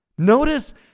Notice